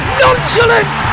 nonchalant